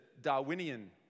Darwinian